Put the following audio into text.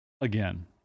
again